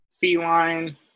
feline